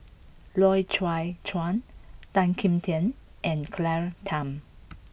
Loy Chye Chuan Tan Kim Tian and Claire Tham